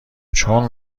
چون